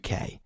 UK